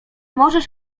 możesz